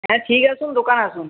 হ্যাঁ ঠিক আছে দোকানে আসুন